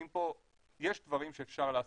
יש דברים שאפשר לעשות,